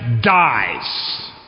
dies